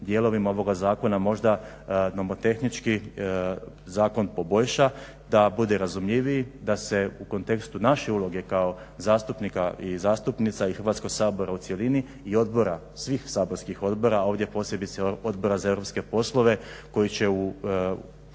dijelovima ovoga zakona možda nomotehnički zakon poboljša, da bude razumljiviji, da se u kontekstu naše uloge kao zastupnika i zastupnica i Hrvatskog sabora u cjelini i odbora, svih saborskih odbora, ovdje posebice Odbora za europske poslove koji će u